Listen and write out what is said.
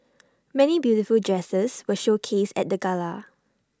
many beautiful dresses were showcased at the gala